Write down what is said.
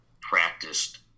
practiced